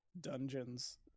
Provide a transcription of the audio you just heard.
dungeons